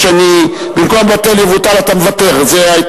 תודה.